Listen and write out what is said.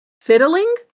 fiddling